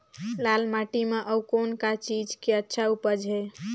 लाल माटी म अउ कौन का चीज के अच्छा उपज है?